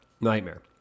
Nightmare